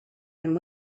and